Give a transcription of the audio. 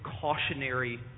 cautionary